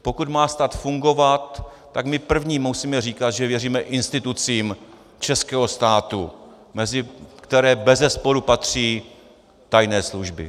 Pokud má stát fungovat, tak my první musíme říkat, že věříme institucím českého státu, mezi které bezesporu patří tajné služby.